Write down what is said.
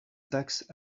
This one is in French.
taxe